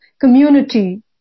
community